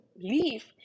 leave